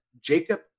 Jacob